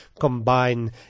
combine